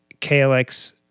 klx